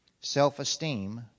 Self-esteem